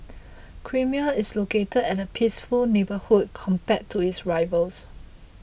creamier is located at a peaceful neighbourhood compared to its rivals